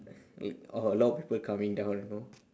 or a lot of people coming down you know